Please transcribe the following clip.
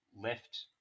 left